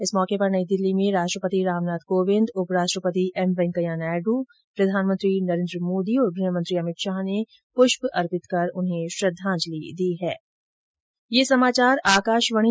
इस मौके पर नई दिल्ली में राष्ट्रपति रामनाथ कोविंद उप राष्ट्रपति एम वैंकेया नायडु प्रधानमंत्री नरेन्द्र मोदी और गृह मंत्री अमित शाह ने प्रष्प अर्पित कर उन्हें श्रद्दाजंलि दी